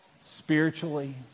spiritually